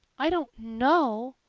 i don't know,